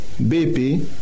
BP